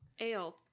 ale